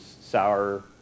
sour